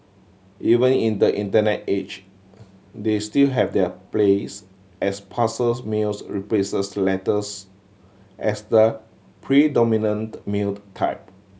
even in the internet age they still have their place as parcels mails replaces letters as the predominant mailed type